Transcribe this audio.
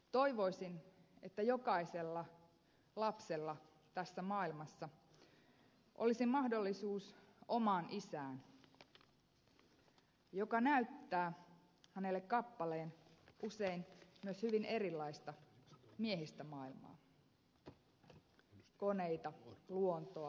toivoisin että jokaisella lapsella tässä maailmassa olisi mahdollisuus omaan isään joka näyttää hänelle kappaleen usein myös hyvin erilaista miehistä maailmaa koneita luontoa pelejä toimintaa